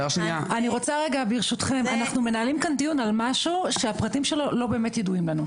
אנחנו מנהלים כאן דיון על משהו שהפרטים שלו לא באמת ידועים לנו.